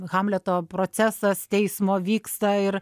hamleto procesas teismo vyksta ir